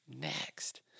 next